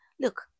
look